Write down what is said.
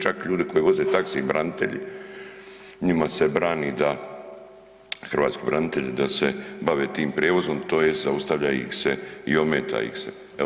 Čak ljudi koji voze taksi, branitelji, njima se brani da hrvatski branitelji, da se bave tim prijevozom, tj. zaustavlja ih se i ometa ih se, je li?